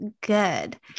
good